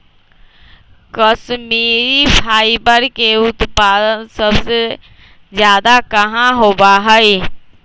Kashmiri fibre के उत्पादन सबसे ज्यादा कहाँ होबा हई?